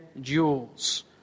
jewels